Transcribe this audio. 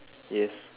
yes